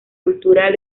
cultural